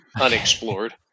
unexplored